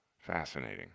Fascinating